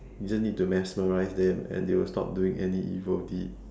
you just need to mesmerize them and they will stop doing any evil deed